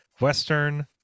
Western